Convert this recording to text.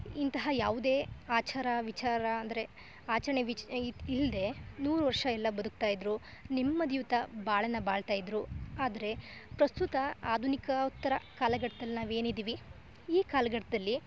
ಇಂತಹ ಯಾವುದೇ ಆಚಾರ ವಿಚಾರ ಅಂದರೆ ಆಚರಣೆ ವಿಚ್ ಇಲ್ಲದೆ ನೂರು ವರ್ಷ ಎಲ್ಲ ಬದುಕ್ತಾ ಇದ್ದರು ನೆಮ್ಮದಿಯುತ ಬಾಳನ್ನು ಬಾಳ್ತಾ ಇದ್ದರು ಆದರೆ ಪ್ರಸ್ತುತ ಆಧುನಿಕ ಉತ್ತರ ಕಾಲಘಟ್ದಲ್ಲಿ ನಾವೇನು ಇದ್ದೀವಿ ಈ ಕಾಲಘಟ್ಟದಲ್ಲಿ